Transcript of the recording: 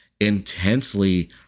intensely